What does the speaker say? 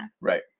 Right